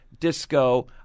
disco